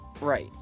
Right